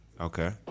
Okay